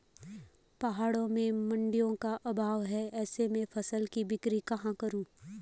पहाड़ों में मडिंयों का अभाव है ऐसे में फसल की बिक्री कहाँ करूँ?